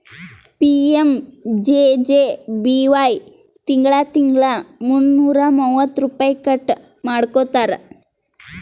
PMJJBY ತಿಂಗಳಾ ತಿಂಗಳಾ ಮುನ್ನೂರಾ ಮೂವತ್ತ ರುಪೈ ಕಟ್ ಮಾಡ್ಕೋತಾರ್